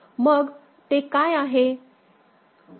मग ते काय आहे